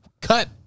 cut